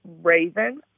Raven